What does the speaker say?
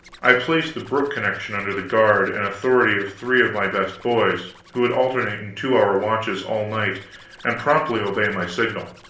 i placed the brook-connection under the guard and authority of three of my best boys, who would alternate in two-hour watches all night and promptly obey my signal,